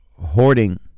Hoarding